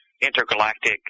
intergalactic